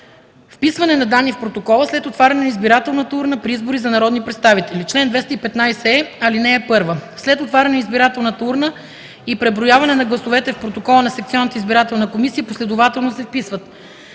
Вписване на данни в протокола след отваряне на избирателната урна при избори за народни представители Чл. 215е. (1) След отваряне на избирателната урна и преброяване на гласовете в протокола на секционната избирателна комисия последователно се вписват: